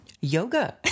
yoga